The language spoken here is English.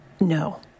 No